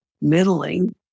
middling